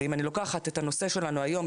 ואם אני לוקחת את הנושא שלנו היום,